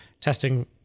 testing